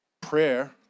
Prayer